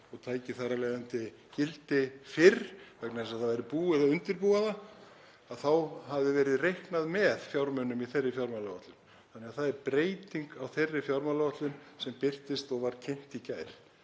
og tæki þar af leiðandi gildi fyrr vegna þess að það væri búið að undirbúa það, þá hefði verið reiknað með fjármunum í þeirri fjármálaáætlun. Þannig að það er breyting á þeirri fjármálaáætlun sem birtist og var kynnt í gær.